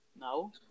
No